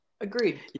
Agreed